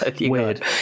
weird